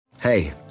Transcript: hey